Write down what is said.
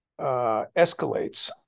escalates